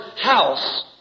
house